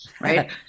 right